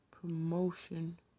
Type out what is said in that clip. promotion